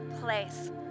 place